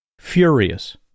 Furious